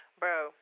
bro